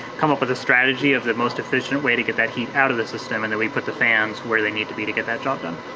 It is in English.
come up with a strategy of the most efficient way to get that heat out of the system, and then we put the fans where they need to be to get that job done.